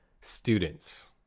students